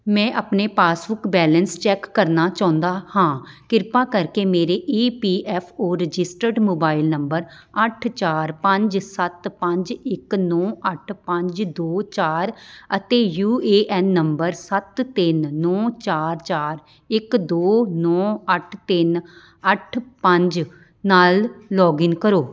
ਮੈਂ ਆਪਣੇ passbook balance check ਕਰਨਾ ਚਾਹੁੰਦਾ ਹਾਂ ਕਿਰਪਾ ਕਰਕੇ ਮੇਰੇ E P F O registered mobile number ਅੱਠ ਚਾਰ ਪੰਜ ਸੱਤ ਪੰਜ ਇੱਕ ਨੌ ਅੱਠ ਪੰਜ ਦੋ ਚਾਰ ਅਤੇ ਯੂ ਏ ਐਨ ਨੰਬਰ ਸੱਤ ਤਿੰਨ ਨੌ ਚਾਰ ਚਾਰ ਇੱਕ ਦੋ ਨੌ ਅੱਠ ਤਿੰਨ ਅੱਠ ਪੰਜ ਨਾਲ ਲੌਗਇਨ ਕਰੋ